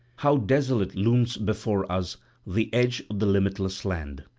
how desolate looms before us the edge of the limitless land!